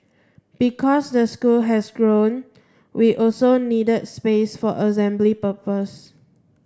because the school has grown we also need space for assembly purposes